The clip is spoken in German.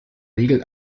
regel